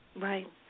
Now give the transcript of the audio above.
Right